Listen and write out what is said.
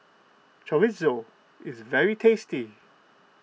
Chorizo is very tasty